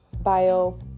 bio